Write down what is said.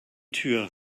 tür